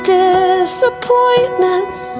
disappointments